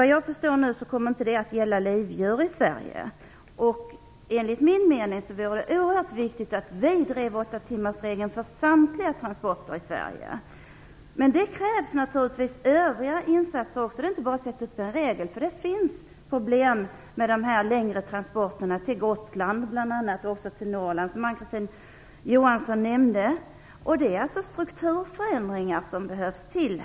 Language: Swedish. Detta kommer tydligen inte att gälla livdjur i Sverige, och enligt min mening är det oerhört viktigt att vi driver åttatimmarsregeln för samtliga transporter i Det krävs naturligtvis också övriga insatser. Det är inte bara att sätta upp en regel. Det finns problem med de längre transporterna, bl.a. till Gotland och Norrland, som Ann-Kristine Johansson nämnde. Det är alltså strukturförändringar som behövs.